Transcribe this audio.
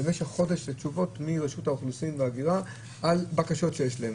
במשך חודש לתשובות מרשות האוכלוסין וההגירה על בקשות שיש להם,